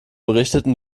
berichteten